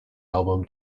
album